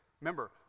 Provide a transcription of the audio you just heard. Remember